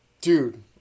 Dude